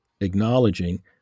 acknowledging